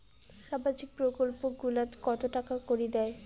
সামাজিক প্রকল্প গুলাট কত টাকা করি দেয়?